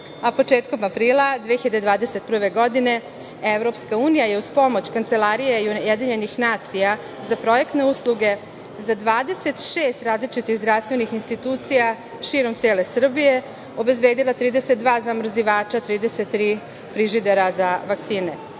a početkom aprila 2021. godine EU je uz pomoć Kancelarije UN za projektne usluge za 26 različitih zdravstvenih institucija širom cele Srbije obezbedila 32 zamrzivača, 33 frižidera za vakcine.